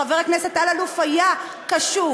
חבר הכנסת אלאלוף היה קשוב,